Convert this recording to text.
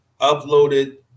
uploaded